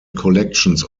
collections